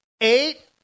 eight